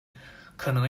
可能